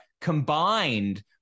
combined